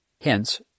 Hence